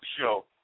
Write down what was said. show